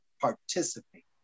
participate